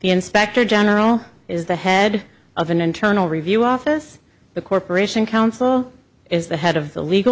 the inspector general is the head of an internal review office the corporation council is the head of the legal